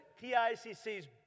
T-I-C-C's